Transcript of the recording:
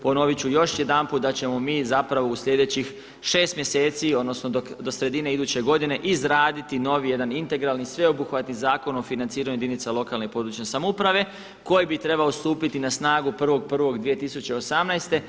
Ponovit ću još jedanput da ćemo mi zapravo u sljedećih 6 mjeseci, odnosno do sredine iduće godine izraditi novi jedan integralni, sveobuhvatni Zakon o financiranju jedinica lokalne i područne samouprave koji bi trebao stupiti na snagu 1.1.2018.